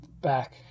back